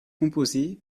composées